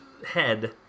Head